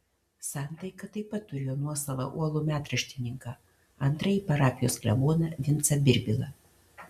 santaika taip pat turėjo nuosavą uolų metraštininką antrąjį parapijos kleboną vincą birbilą